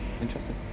Interesting